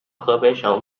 河北省